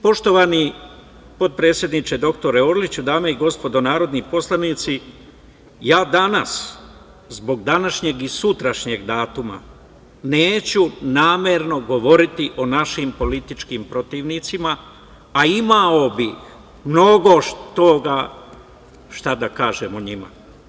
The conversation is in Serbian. Poštovani potpredsedniče, dr Orliću, dame i gospodo narodni poslanici, ja danas, zbog današnjeg i sutrašnjeg datuma, neću namerno govoriti o našim političkim protivnicima, a imao bi mnogo toga šta da kažem o njima.